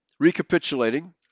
Recapitulating